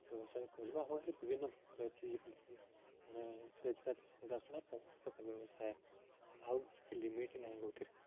ବ୍ୟବସାୟ କରିବା ଆମ ଏ ବିଭିନ୍ନ ପ୍ରକାର ଅଛି ଯେମିତିକି ମାନେ ତେଜରାତି ସଉଦା କଲା ବହୁତ ପ୍ରକାର ବ୍ୟବସାୟ ଆଉ କିଛି ଲିମିଟ୍ ହିଁ ନାହିଁ କେଉଁଥିରେ